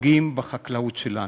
ופוגעים בחקלאות שלנו.